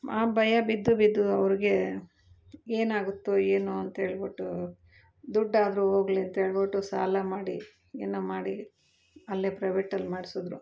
ಆ ಭಯ ಬಿದ್ದು ಬಿದ್ದು ಅವ್ರಿಗೆ ಏನಾಗುತ್ತೊ ಏನೊ ಅಂತೇಳ್ಬಿಟ್ಟು ದುಡ್ಡಾದರು ಹೋಗ್ಲಿ ಅಂತೇಳ್ಬಿಟ್ಟು ಸಾಲ ಮಾಡಿ ಏನು ಮಾಡಿ ಅಲ್ಲೆ ಪ್ರೈವೆಟಲ್ಲಿ ಮಾಡಿಸಿದ್ರು